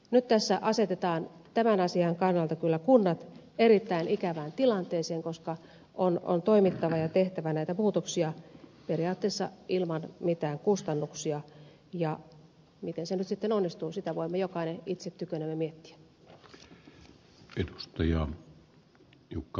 nyt tässä asetetaan tämän asian kannalta kyllä kunnat erittäin ikävään tilanteeseen koska on toimittava ja tehtävä näitä muutoksia periaatteessa ilman mitään kustannuksia ja miten se nyt sitten onnistuu sitä voimme jokainen itse tykönämme miettiä